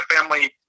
Family